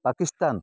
Pakistan